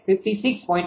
8 kVAr છે